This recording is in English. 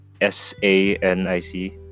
S-A-N-I-C